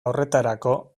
horretarako